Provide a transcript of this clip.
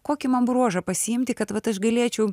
kokį man bruožą pasiimti kad vat aš galėčiau